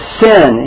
sin